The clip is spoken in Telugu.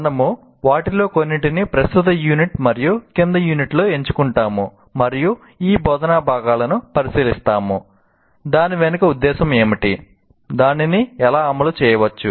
మనము వాటిలో కొన్నింటిని ప్రస్తుత యూనిట్ మరియు కింది యూనిట్లో ఎంచుకుంటాము మరియు ఈ బోధనా భాగాలను పరిశీలిస్తాము దాని వెనుక ఉద్దేశం ఏమిటి దానిని ఎలా అమలు చేయవచ్చు